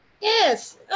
Yes